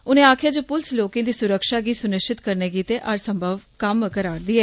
उनें आक्खेआ जे पुलस लोकें दी सुरक्षा गी सुनिश्चित करने गित्तै हर संभव कम्म करा'रदी ऐ